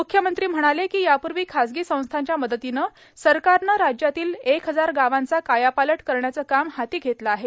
मुख्यमंत्री म्हणाले की यापूर्वी खासगी संस्थांच्या मदतीनं सरकारनं राज्यातील एक हजार गावांचा कायापालट करण्याचं काम हाती घेतलं आहे